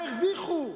מה הרוויחו?